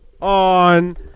on